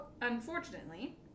unfortunately